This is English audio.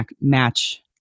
match